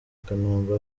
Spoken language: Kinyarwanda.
kanombe